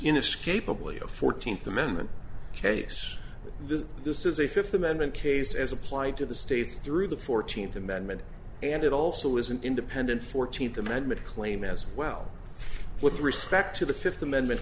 inescapably a fourteenth amendment case the this is a fifth amendment case as applied to the states through the fourteenth amendment and it also is an independent fourteenth amendment claim as well with respect to the fifth amendment